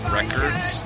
Records